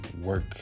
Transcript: work